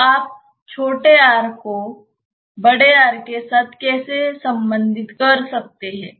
तो आप r को R के साथ कैसे संबंधित कर सकते हैं